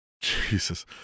jesus